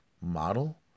model